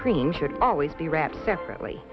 cream should always be wrapped separately